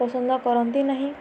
ପସନ୍ଦ କରନ୍ତି ନାହିଁ